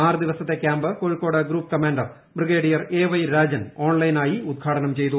ആറ് ദിവത്തെ camp Kozhikode group commander brigadier A Y Rajan ഓൺലൈനായി ഉദ്ഘാടനം ചെയ്തു